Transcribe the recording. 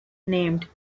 named